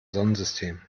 sonnensystem